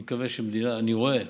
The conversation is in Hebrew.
אני רואה